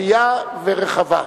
פורייה ורחבה.